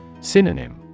Synonym